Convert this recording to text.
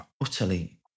utterly